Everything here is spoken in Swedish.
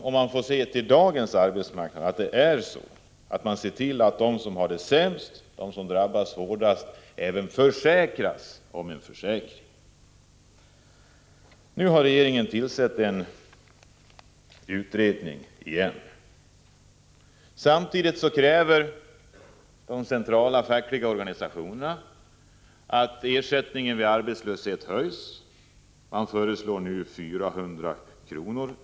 Om man ser till dagens arbetsmarknad är det ett viktigt inslag — att se till att de som har det sämst och drabbas hårdast även försäkras om en försäkring. Nu har regeringen tillsatt en utredning igen. Samtidigt kräver de centrala fackliga organisationerna att ersättningen vid arbetslöshet höjs. Man föreslår nu 400 kr.